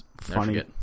funny